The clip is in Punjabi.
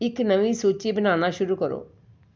ਇੱਕ ਨਵੀਂ ਸੂਚੀ ਬਣਾਉਣਾ ਸ਼ੁਰੂ ਕਰੋ